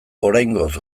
oraingoz